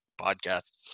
podcast